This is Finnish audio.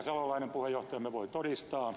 salolainen puheenjohtajamme voi todistaa